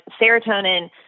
serotonin